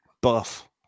buff